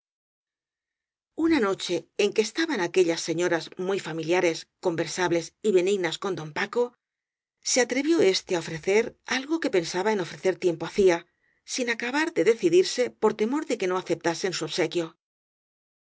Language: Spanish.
una noche en que estaban aquellas señoras muy familiares conversables y benignas con don paco se atrevió éste á ofrecer algo que pensaba en ofre cer tiempo hacía sin acabar de decidirse por temor de que no aceptasen su obsequio